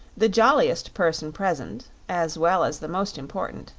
the jolliest person present, as well as the most important,